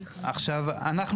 עכשיו,